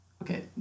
Okay